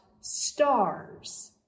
stars